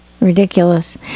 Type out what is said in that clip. ridiculous